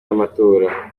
y’amatora